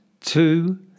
two